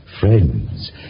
friends